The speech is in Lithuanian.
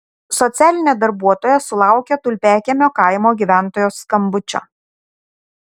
socialinė darbuotoja sulaukė tulpiakiemio kaimo gyventojos skambučio